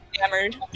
hammered